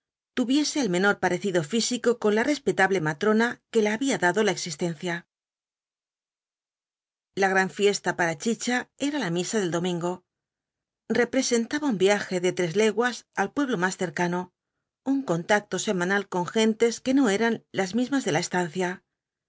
tuviese el menor parecido físico con la respetable matrona que la había dado la existencia jja gran fiesta para chicha era la misa del domingo representaba un viaje de tres leguas al pueblo más cercano un contacto semanal con gentes que no eran la mismas de la estancia